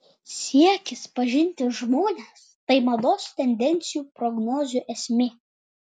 siekis pažinti žmones tai mados tendencijų prognozių esmė